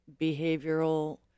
behavioral